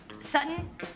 Sutton